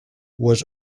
was